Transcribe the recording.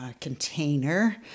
container